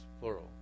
plural